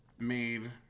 made